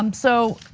um so,